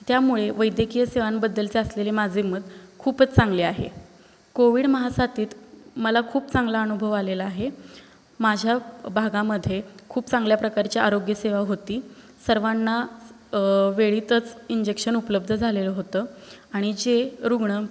त्यामुळे वैद्यकीय सेवांबद्दलचे असलेले माझे मत खूपच चांगले आहे कोविड महासाथीत मला खूप चांगला अनुभव आलेला आहे माझ्या भागामध्ये खूप चांगल्या प्रकारची आरोग्यसेवा होती सर्वांना वेळीतच इंजेक्शन उपलब्ध झालेलं होतं आणि जे रुग्ण